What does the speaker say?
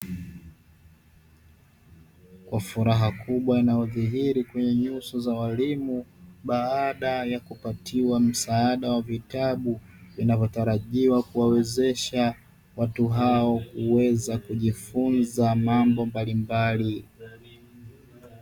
Kwa furaha kubwa inayodhihiri katika nyuso za walimu baada ya kupatiwa msaada wa vitabu, vinavyotarajiwa kuwawezesha watu hao kuweza kujifunza mambo mbalimbali.